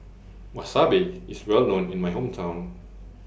Wasabi IS Well known in My Hometown